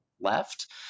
left